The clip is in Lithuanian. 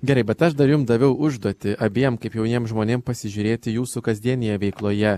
gerai bet aš dar jum daviau užduotį abiem kaip jauniem žmonėm pasižiūrėti jūsų kasdienėje veikloje